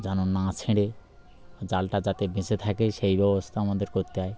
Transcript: যেন না ছেড়ে জালটা যাতে ভেসে থাকে সেই ব্যবস্থা আমাদের করতে হয়